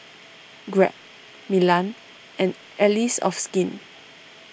Grab Milan and Allies of Skin